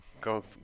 go